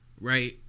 right